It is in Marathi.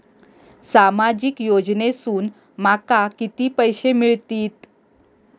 सामाजिक योजनेसून माका किती पैशे मिळतीत?